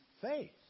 faith